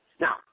Now